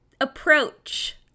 approach